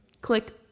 click